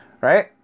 right